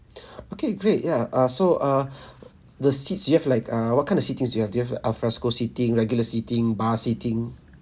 okay great ya uh so uh the seats you have like uh what kind of seatings do you have do you have the alfresco seating regular seating bar seating